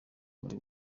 muri